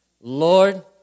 Lord